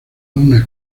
una